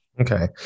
Okay